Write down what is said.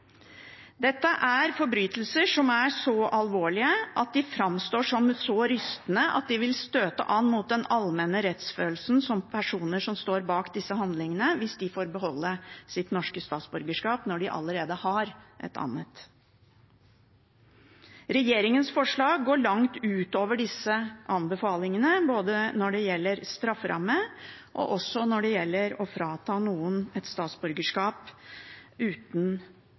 Dette er forbrytelser som er så alvorlige, og som framstår som så rystende at de vil støte an mot den allmenne rettsfølelsen om personer som står bak disse handlingene, får beholde sitt norske statsborgerskap når de allerede har et annet. Regjeringens forslag går langt utover disse anbefalingene både når det gjelder strafferamme, og når det gjelder å frata noen et statsborgerskap uten